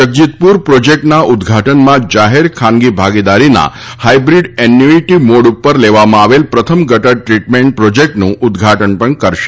જગજીતપુર પ્રોજેક્ટના ઉદ્વાટનમાં જાહેર ખાનગી ભાગીદારીના હાઇબ્રિડ એન્યુઇટી મોડ પર લેવામાં આવેલ પ્રથમ ગટર ટ્રીટમેન્ટ પ્રોજેક્ટનું ઉદ્વાટન પણ કરશે